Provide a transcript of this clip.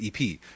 EP